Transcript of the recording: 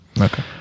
Okay